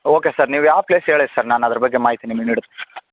okay sir ನೀವು ಯಾವ place ಹೇಳಿ ಸರ್ ನಾನು ಅದ್ರ ಬಗ್ಗೆ ಮಾಹಿತಿ ನಿಮ್ಗೆ ನೀಡುತ್